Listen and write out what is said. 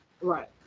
Right